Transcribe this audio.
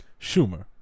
Schumer